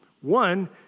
One